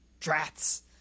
Drats